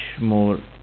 more